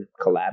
collab